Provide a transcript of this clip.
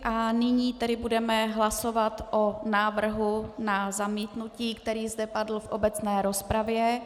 A nyní tedy budeme hlasovat o návrhu na zamítnutí, který zde padl v obecné rozpravě.